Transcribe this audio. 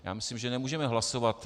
Já myslím, že nemůžeme hlasovat.